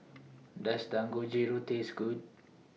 Does Dangojiru Taste Good